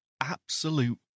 Absolute